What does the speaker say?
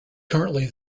currently